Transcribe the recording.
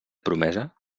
promesa